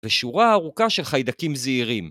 ושורה ארוכה של חיידקים זהירים.